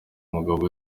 mugabo